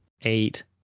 eight